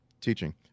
teaching